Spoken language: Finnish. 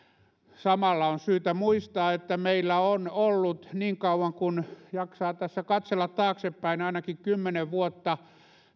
samalla on syytä muistaa että meillä on ollut niin kauan kuin jaksaa tässä katsella taaksepäin ainakin kymmenen vuotta